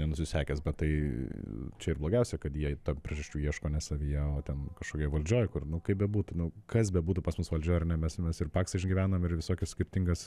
nenusisekęs bet tai čia ir blogiausia kad jie tam priežasčių ieško ne savyje o ten kažkokioj valdžioj kur nu kaip bebūtų nu kas bebūtų pas mus valdžioj ar ne mes mes ir paksą išgyvenom ir visokias skirtingas